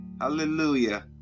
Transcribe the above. hallelujah